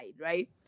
right